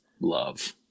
love